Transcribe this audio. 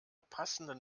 passenden